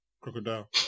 crocodile